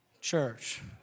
church